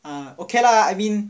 oh okay lah I mean